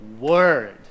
word